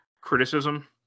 criticism